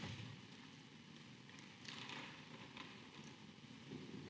Hvala